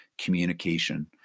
communication